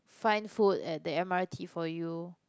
find food at the M_R_T for you